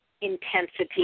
intensity